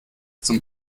zum